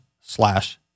slash